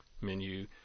menu